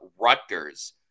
Rutgers